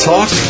Talk